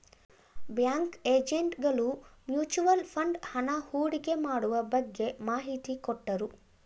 bank agent ಗಳು mutual fund ಹಣ ಹೂಡಿಕೆ ಮಾಡುವ ಬಗ್ಗೆ ಮಾಹಿತಿ ಕೊಟ್ಟರು